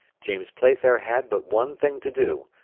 james playfair had but one thing to do,